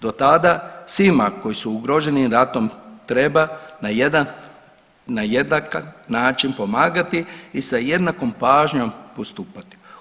Do tada svima koji su ugroženi ratom treba na jedan, na jednak način pomagati i sa jednakom pažnjom postupati.